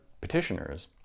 petitioners